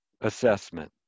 assessment